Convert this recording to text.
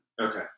Okay